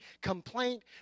Complaint